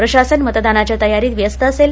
प्रशासन मतदानाच्या तयारीत व्यस्त असेल